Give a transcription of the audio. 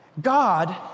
God